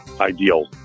ideal